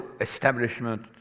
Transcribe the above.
establishment